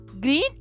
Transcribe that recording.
green